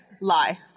Lie